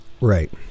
Right